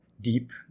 deep